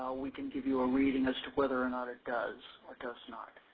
we can give you a reading as to whether or not it does or does not.